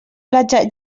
platja